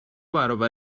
برابر